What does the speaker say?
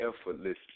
effortless